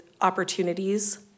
opportunities